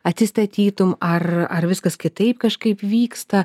atsistatytum ar ar viskas kitaip kažkaip vyksta